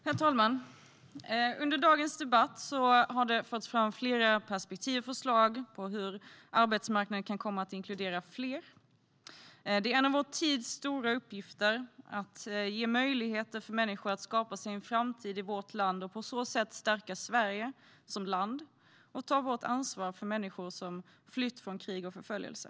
Herr talman! Under dagens debatt har det förts fram flera perspektiv och förslag på hur arbetsmarknaden kan komma att inkludera fler. Det är en av vår tids stora uppgifter att ge möjligheter för människor att skapa sig en framtid i vårt land och på så sätt stärka Sverige som land och ta vårt ansvar för människor som flytt krig och förföljelse.